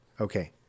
Okay